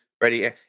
ready